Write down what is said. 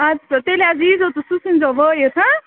اَدٕ سا تیٚلہِ حظ ییٖزیٚو تہٕ سُہ ژھُنۍزیٚو وٲیِتھ ہا